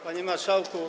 Panie Marszałku!